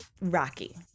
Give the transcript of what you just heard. rocky